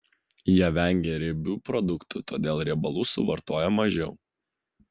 jie vengia riebių produktų todėl riebalų suvartoja mažiau